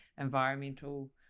environmental